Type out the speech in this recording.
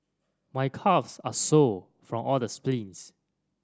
my calves are sore from all the sprints